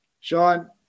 Sean